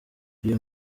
iyo